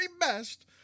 best